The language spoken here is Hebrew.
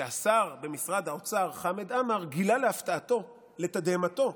השר במשרד האוצר חמד עמאר גילה להפתעתו, לתדהמתו,